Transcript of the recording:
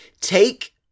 take